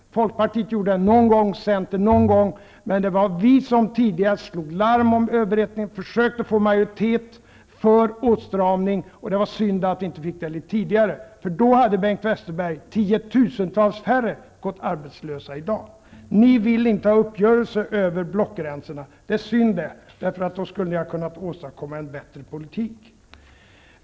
Folkpartiet och Centern kände samma ansvar någon enstaka gång, men det var vi som slog larm om överhettning och försökte få majoritet för åtstramning. Det var synd att vi inte fick denna majoritet litet tidigare, för då, Bengt Westerberg, hade tiotusentals färre gått arbetslösa i dag. Ni vill inte ha uppgörelser över blockgränserna. Det är synd, eftersom ni då skulle kunna åstadkomma en bättre politik.